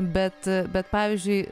bet bet pavyzdžiui